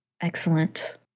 Excellent